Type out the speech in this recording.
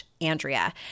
Andrea